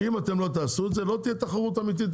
אם אתם לא תעשו את זה לא תהיה תחרות אמיתית.